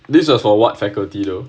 these are for what faculty though